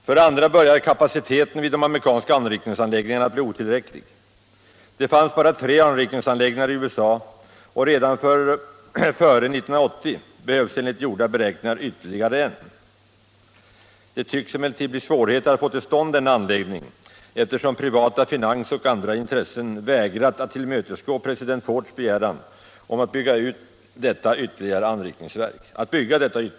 För det andra börjar kapaciteten vid de amerikanska anrikningsan läggningarna att bli otillräcklig. Det finns bara tre anrikningsanläggningar i USA, och redan före 1980 behövs enligt gjorda beräkningar ytterligare en. Det tycks emellertid bli svårigheter att få till stånd denna anläggning, eftersom privata finansoch andra intressen vägrat att tillmötesgå president Fords begäran om att bygga detta ytterligare anrikningsverk.